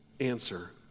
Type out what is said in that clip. answer